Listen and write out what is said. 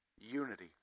unity